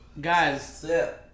Guys